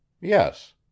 Yes